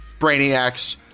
Brainiacs